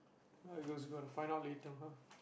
I was gonna find out later !Huh!